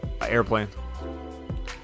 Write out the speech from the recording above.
Airplane